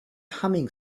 humming